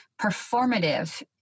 performative